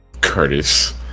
Curtis